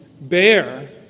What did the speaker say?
bear